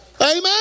Amen